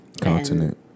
Continent